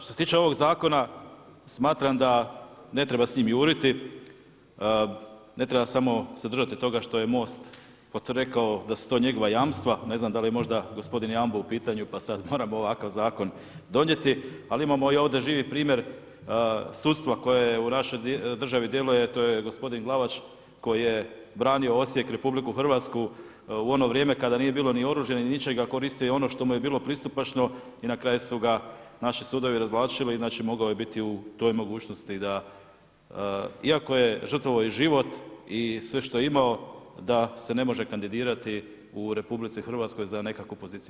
Što se tiče ovog zakona smatram da ne treba s njim juriti, ne treba samo se držati toga što je MOST rekao da su to njegova jamstva, ne znam da li je možda gospodin Jambo u pitanju pa sad moramo ovakav zakon donijeti, ali imamo i ovdje živi primjer sudstva koje u našoj državi djeluje to je gospodin Glavaš koji je branio Osijek, RH u ono vrijeme kada nije bilo ni oružja ni ničega, koristio je ono što mu je bilo pristupačno i na kraju su ga naši sudovi razvlačili i znači mogao je biti u toj mogućnosti da iako je žrtvovao i život i sve što je imao da se ne može kandidirati u RH za nekakvu poziciju.